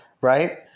right